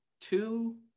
Two